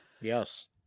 Yes